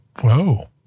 Whoa